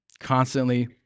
constantly